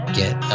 get